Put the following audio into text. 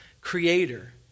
creator